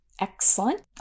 Excellent